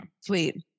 Sweet